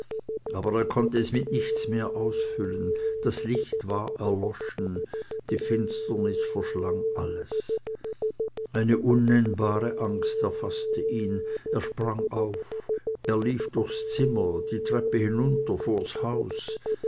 aber er konnte es mit nichts mehr ausfüllen das licht war erloschen die finsternis verschlang alles eine unnennbare angst erfaßte ihn er sprang auf er lief durchs zimmer die treppe hinunter vors haus